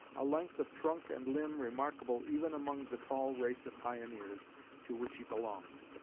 a length of trunk and limb remarkable even among the tall race of pioneers to which he belonged.